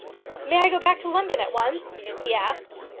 may i go back to london at once? he asked.